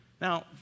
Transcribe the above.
Now